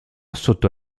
sotto